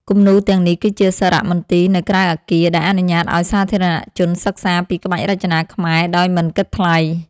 គំនូរទាំងនេះគឺជាសារៈមន្ទីរនៅក្រៅអគារ ដែលអនុញ្ញាតឱ្យសាធារណជនសិក្សាពីក្បាច់រចនាខ្មែរដោយមិនគិតថ្លៃ។